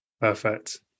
Perfect